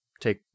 take